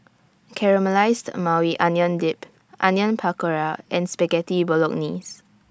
Caramelized Maui Onion Dip Onion Pakora and Spaghetti Bolognese